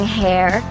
hair